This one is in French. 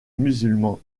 musulmans